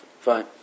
Fine